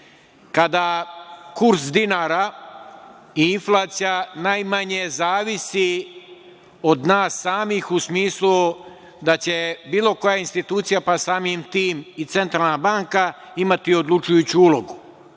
Kada kurs dinara i inflacija najmanje zavisi od nas samih u smislu da će bilo koja institucija, pa samim tim i Centralna baka, imati odlučujuću ulogu.